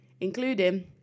including